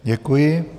Děkuji.